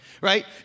right